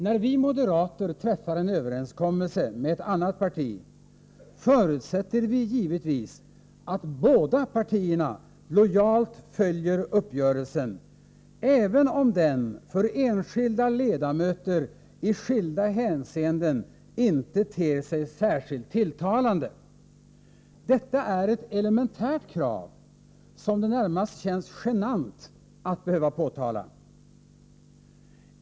När vi moderater träffar en överenskommelse med ett annat parti, förutsätter vi givetvis att båda partierna lojalt följer uppgörelsen, även om den för enskilda ledamöter i skilda hänseenden inte ter sig särskilt tilltalande. Detta är ett elementärt krav, som det närmast känns genant att behöva påtala.